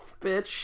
bitch